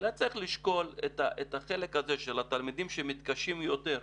אולי צריך לשקול את החלק הזה של התלמידים שמתקשים יותר,